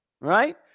Right